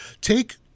take